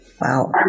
Wow